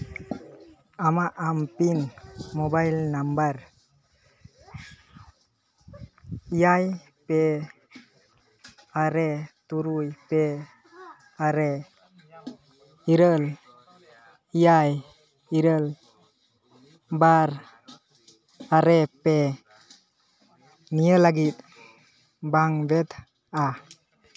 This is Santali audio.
ᱟᱢᱟᱜ ᱟᱢ ᱯᱤᱱ ᱢᱳᱵᱟᱭᱤᱞ ᱱᱟᱢᱵᱟᱨ ᱮᱭᱟᱭ ᱯᱮ ᱟᱨᱮ ᱛᱩᱨᱩᱭ ᱯᱮ ᱟᱨᱮ ᱤᱨᱟᱹᱞ ᱮᱭᱟᱭ ᱤᱨᱟᱹᱞ ᱵᱟᱨ ᱟᱨᱮ ᱯᱮ ᱱᱤᱭᱟᱹ ᱞᱟᱹᱜᱤᱫ ᱵᱟᱝ ᱵᱳᱭᱫᱷᱚᱼᱟ